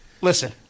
Listen